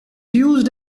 used